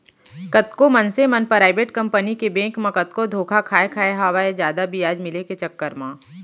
कतको मनसे मन पराइबेट कंपनी के बेंक मन म कतको धोखा खाय खाय हवय जादा बियाज मिले के चक्कर म